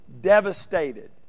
devastated